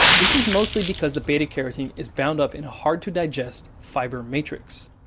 this is mostly because the beta carotene is bound up in a hard to digest fiber matrix.